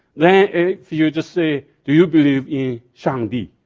then if you just say do you believe in shangdi?